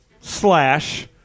slash